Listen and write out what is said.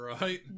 right